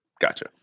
gotcha